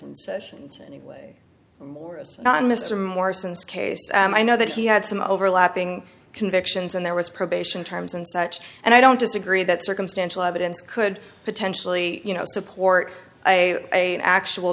and sessions anyway not mr morrison is case and i know that he had some overlapping convictions and there was probation terms and such and i don't disagree that circumstantial evidence could potentially you know support i actual